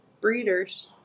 breeders